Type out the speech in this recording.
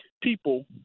people